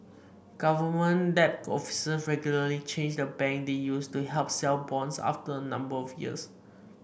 government debt officer regularly change the banks they use to help sell bonds after a number of years